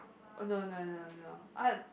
oh no no no no uh